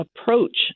approach